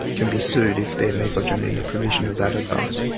can be sued if they're negligent in the provision of that advice.